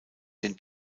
den